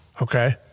Okay